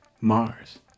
mars